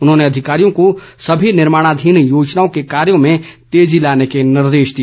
उन्होंने अधिकारियों को सभी निर्माणाधीन योजनाओं के कार्यों में तेजी लाने के निर्देश दिए